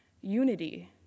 Unity